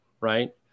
right